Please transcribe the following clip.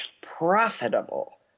profitable